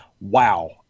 wow